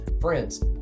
friends